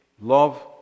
love